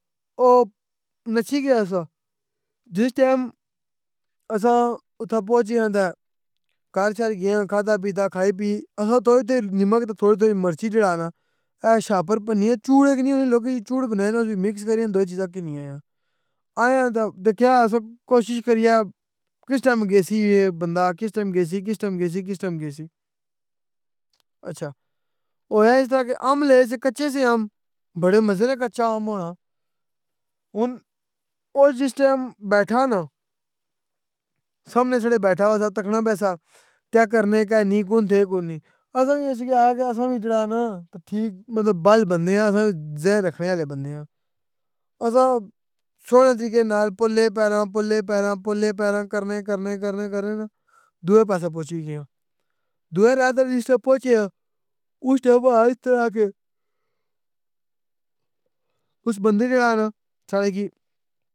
او نسی گیا سہ جِس ٹیم اساں اتھاں پہنچے آں تہ گھر شر گۓ آں کھادا پیتا کھائی پی اساں تھوڑی تھوڑی نمک تہ تھوڑی تھوڑی مرچی جیڑا ہے نہ اے شاپر پنی چوڑک نی ہونی لوکی چوڑک بنائی نہ اُس اچ مکس کری دو چیزاں کننی آۓ آں۔ ائے آں تہ دکھیا اساں کوشش کریے کس ٹیم گیسی کس ٹیم گیسی کس ٹیم گیسی۔ اچھا, ہویا اس طرح کہ آم لیسی کچّے سی آم بڑے مزے نہ کچّا آم ہونا۔ ہن او جِس ٹیم بیٹھا نہ سامنے جلے بیٹھا سہ تکنا پیا سہ کے کرنے کے نی کوں دے کون نی۔ اساں اسکی اخیا کہ اساں وی جیڑا ہے نہ ٹھیک مطلب بل بندے آں اساں ذہن رخنے آلے بندے آں۔ اساں سوہنے طریقے نال پولے پیراں پولے پیراں پولے پیراں کرنے کرنے کرنے کرنے نہ دوئے پاسے پہنچی گئے آں۔ دوئے راستے جِس ٹیم پہنچے آں اُس ٹیم ہویا اِس طرح کہ اس بندے۔